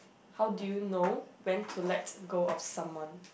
how do you know when to let go of someone